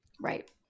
Right